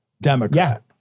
Democrat